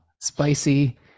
spicy